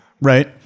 right